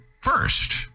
first